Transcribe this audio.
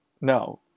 no